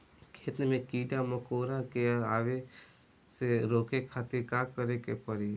खेत मे कीड़ा मकोरा के आवे से रोके खातिर का करे के पड़ी?